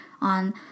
on